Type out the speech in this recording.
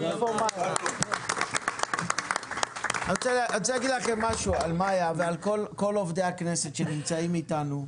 אני רוצה להגיד לכם משהו על מאיה ועל כל עובדי הכנסת שנמצאים איתנו: